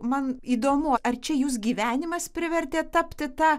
man įdomu ar čia jus gyvenimas privertė tapti ta